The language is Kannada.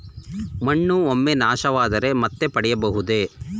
ಮಣ್ಣು ಒಮ್ಮೆ ನಾಶವಾದರೆ ಮತ್ತೆ ಪಡೆಯಬಹುದೇ?